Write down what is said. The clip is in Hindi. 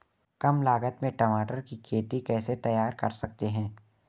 कम लागत में टमाटर की खेती कैसे तैयार कर सकते हैं?